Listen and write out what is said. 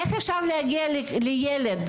איך אפשר להגיע לילד?